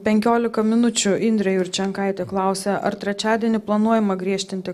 penkiolika minučių indrė jurčenkaitė klausė ar trečiadienį planuojama griežtinti